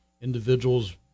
Individuals